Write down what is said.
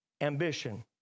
ambition